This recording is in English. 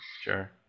Sure